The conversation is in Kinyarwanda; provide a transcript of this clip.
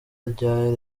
rya